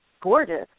gorgeous